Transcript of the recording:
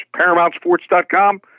ParamountSports.com